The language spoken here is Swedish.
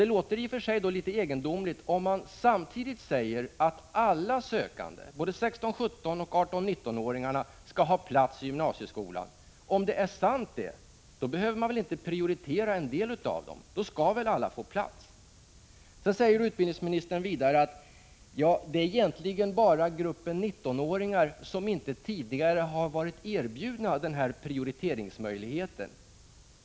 Det låter litet egendomligt, om man samtidigt säger att alla sökande, både 16-17-åringarna och 18-19-åringarna, skall ha plats i gymnasieskolan. Om det är sant behöver inte en del av dem prioriteras, utan då skall väl alla få plats. Utbildningsministern säger vidare att detta egentligen bara gäller gruppen 19-åringar, som inte tidigare har erbjudits denna prioriteringsmöjlighet.